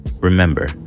Remember